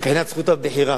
מבחינת זכות הבחירה,